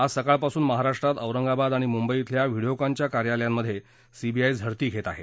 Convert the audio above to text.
आज सकाळपासून महाराष्ट्रात औरंगाबाद आणि मुंबई खिल्या व्हिडीओकॉनच्या कार्यालयांमधे सीबीआय झडती घेत आहे